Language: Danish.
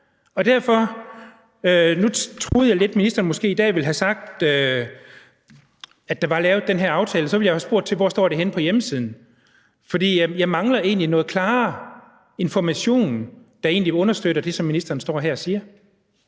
og sådan. Nu troede jeg, at ministeren måske ville have sagt, at der var lavet den her aftale, og så ville jeg have spurgt til, hvor det står henne på hjemmesiden, for jeg mangler egentlig noget klarere information, der understøtter det, som ministeren står og siger